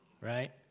right